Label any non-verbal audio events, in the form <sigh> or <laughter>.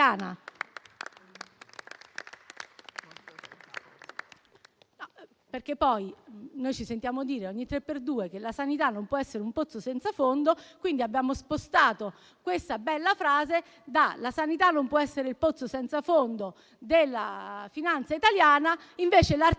<applause> Ci sentiamo dire in continuazione che la sanità non può essere un pozzo senza fondo, quindi abbiamo spostato questa bella frase: la sanità non può essere il pozzo senza fondo della finanza italiana, invece l'articolo